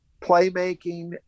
playmaking